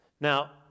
Now